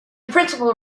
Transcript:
principal